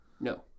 No